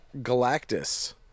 Galactus